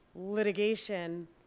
litigation